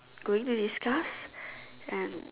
going to discuss and